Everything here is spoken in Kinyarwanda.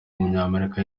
w’umunyamerika